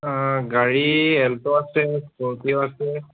গাড়ী এল্ট' আছে স্কৰপিঅ' আছে